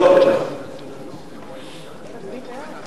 לא, חלקם ביקשו לשמור על עילום שם.